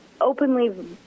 openly